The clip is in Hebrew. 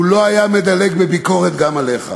הוא לא היה מדלג בביקורת גם עליך,